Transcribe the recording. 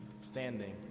standing